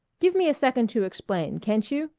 give me a second to explain, can't you?